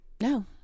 no